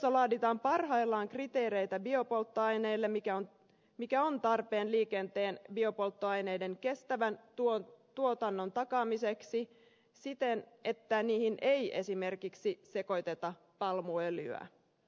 eussa laaditaan parhaillaan kriteereitä biopolttoaineille mikä on tarpeen liikenteen biopolttoaineiden kestävän tuotannon takaamiseksi siten että niihin ei esimerkiksi sekoiteta palmuöljyä